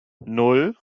nan